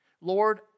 Lord